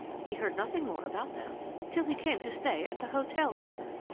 he heard nothing more about them till he came to stay at the hotel here.